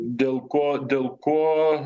dėl ko dėl ko